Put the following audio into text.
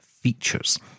features